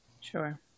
Sure